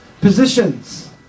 Positions